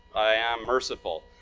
i am merciful.